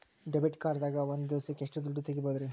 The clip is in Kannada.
ಡೆಬಿಟ್ ಕಾರ್ಡ್ ದಾಗ ಒಂದ್ ದಿವಸಕ್ಕ ಎಷ್ಟು ದುಡ್ಡ ತೆಗಿಬಹುದ್ರಿ?